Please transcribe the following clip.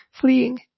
fleeing